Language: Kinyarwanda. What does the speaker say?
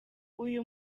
uyu